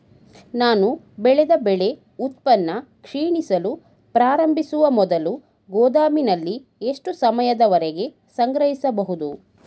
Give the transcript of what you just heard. ನಾನು ಬೆಳೆದ ಬೆಳೆ ಉತ್ಪನ್ನ ಕ್ಷೀಣಿಸಲು ಪ್ರಾರಂಭಿಸುವ ಮೊದಲು ಗೋದಾಮಿನಲ್ಲಿ ಎಷ್ಟು ಸಮಯದವರೆಗೆ ಸಂಗ್ರಹಿಸಬಹುದು?